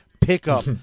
pickup